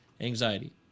anxiety